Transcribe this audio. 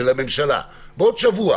ולממשלה בעוד שבוע,